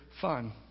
fun